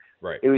Right